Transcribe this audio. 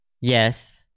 Yes